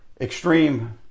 extreme